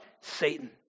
Satan